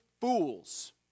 fools